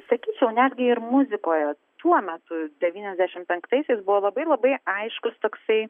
sakyčiau netgi ir muzikoje tuo metu devyniasdešimt penktaisiais buvo labai labai aiškus toksai